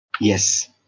Yes